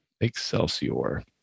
excelsior